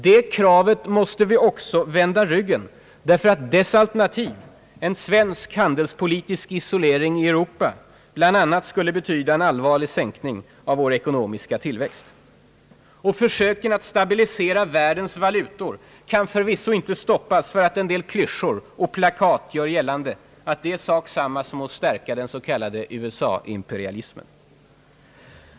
Det kravet måste vi också vända ryggen därför att dess alternativ — svensk handelspolitisk isolering i Europa — bl.a. skulle betyda en allvarlig sänkning av vår ekonomiska tillväxt. Och försöken att stabilisera världens valutor kan förvisso inte stoppas för att en del klyschor och plakat gör gällande att det är samma sak som att stärka den s.k. USA-imperialismen.